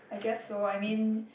I guess so I mean